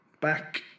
back